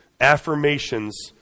affirmations